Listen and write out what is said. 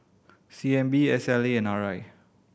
C N B S L A and R I